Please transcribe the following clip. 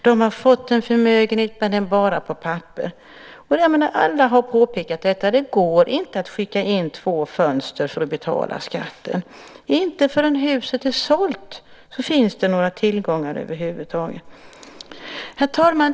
De har fått en förmögenhet, men det är bara på papper. Alla har påpekat detta. Det går inte att skicka in två fönster för att betala skatten. Inte förrän huset är sålt finns det några tillgångar över huvud taget. Herr talman!